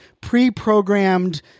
pre-programmed